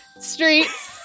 streets